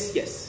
yes